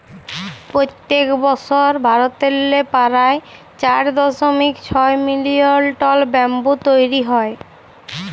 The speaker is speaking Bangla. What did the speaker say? পইত্তেক বসর ভারতেল্লে পারায় চার দশমিক ছয় মিলিয়ল টল ব্যাম্বু তৈরি হ্যয়